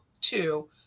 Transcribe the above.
two